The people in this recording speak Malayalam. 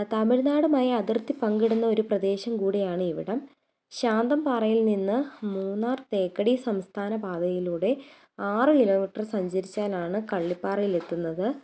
തമിഴ്നാടുമായി അതിർത്തി പങ്കിടുന്ന ഒരു പ്രദേശം കൂടിയാണ് ഇവിടം ശാന്തം പാറയിൽ നിന്ന് മൂന്നാർ തേക്കടി സംസ്ഥാന പാതയിലൂടെ ആറ് കിലോമീറ്ററ് സഞ്ചരിച്ചാലാണ് കള്ളിപ്പാറയിൽ എത്തുന്നത്